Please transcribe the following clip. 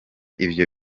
ivyo